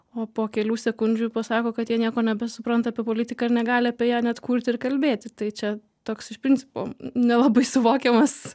o po kelių sekundžių pasako kad jie nieko nebesupranta apie politiką ir negali apie ją net kurti ir kalbėti tai čia toks iš principo nelabai suvokiamas